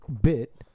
bit